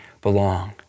belong